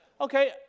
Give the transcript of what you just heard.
Okay